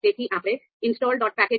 તેથી આપણે install